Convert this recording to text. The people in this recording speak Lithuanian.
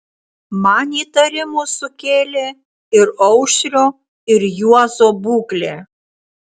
man įtarimų sukėlė ir aušrio ir juozo būklė